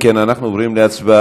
אם כן, אנחנו עוברים להצבעה.